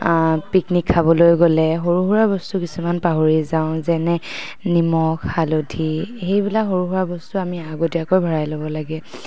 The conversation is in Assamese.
পিকনিক খাবলৈ গ'লে সৰু সুৰা বস্তু কিছুমান পাহৰি যাওঁ যেনে নিমখ হালধি সেইবিলাক সৰু সুৰা বস্তু আমি আগতীয়াকৈ ভৰাই ল'ব লাগে